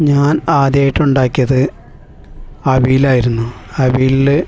ഞാൻ ആദ്യമായിട്ട് ഉണ്ടാക്കിയത് അവിയൽ ആയിരുന്നു അവിയലിൽ